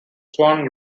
swan